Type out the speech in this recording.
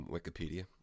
Wikipedia